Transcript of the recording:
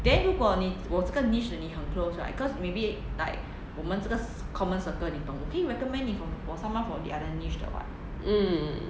mm